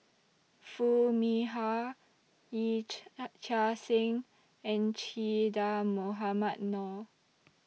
Foo Mee Har Yee Chia Hsing and Che Dah Mohamed Noor